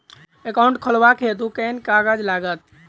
Account खोलाबक हेतु केँ कागज लागत?